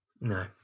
No